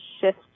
shift